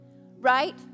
right